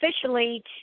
officially